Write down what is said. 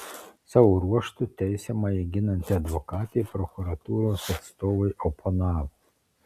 savo ruožtu teisiamąjį ginanti advokatė prokuratūros atstovui oponavo